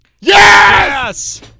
yes